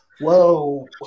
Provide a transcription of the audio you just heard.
whoa